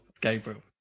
Gabriel